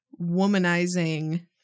womanizing